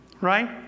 right